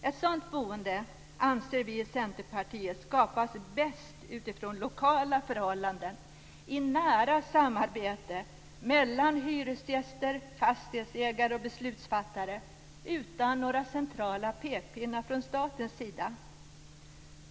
Ett sådant boende anser vi i Centerpartiet skapas bäst utifrån lokala förhållanden i nära samarbete mellan hyresgäster, fastighetsägare och beslutsfattare utan några centrala pekpinnar från statens sida.